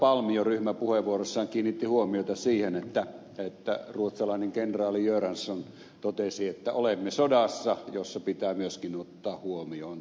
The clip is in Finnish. palm jo ryhmäpuheenvuorossaan kiinnitti huomiota siihen että ruotsalainen kenraali göranson totesi että olemme sodassa jossa pitää myöskin ottaa huomioon takapakit